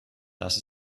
dass